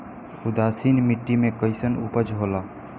उदासीन मिट्टी में कईसन उपज होला?